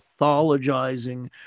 pathologizing